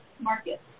market